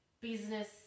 business